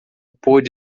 pôde